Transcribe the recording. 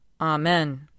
Amen